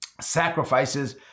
sacrifices